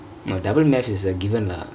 no double math is a given lah